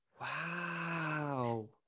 Wow